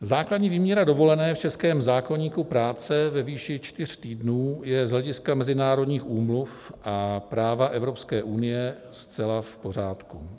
Základní výměra dovolené v českém zákoníku práce ve výši čtyř týdnů je z hlediska mezinárodních úmluv a práva Evropské unie zcela v pořádku.